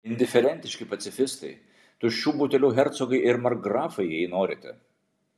indiferentiški pacifistai tuščių butelių hercogai ir markgrafai jei norite